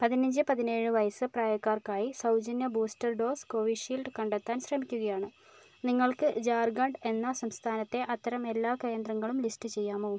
പതിനഞ്ച് പതിനേഴ് വയസ്സ് പ്രായക്കാർക്കായി സൗജന്യ ബൂസ്റ്റർ ഡോസ് കോവിഷീൽഡ് കണ്ടെത്താൻ ശ്രമിക്കുകയാണ് നിങ്ങൾക്ക് ജാർഖണ്ഡ് എന്ന സംസ്ഥാനത്തെ അത്തരം എല്ലാ കേന്ദ്രങ്ങളും ലിസ്റ്റ് ചെയ്യാമോ